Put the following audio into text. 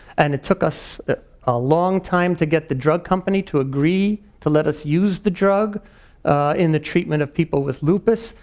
and it took us a long time to get the drug company to agree to let us use the drug in the treatment of people with lupus.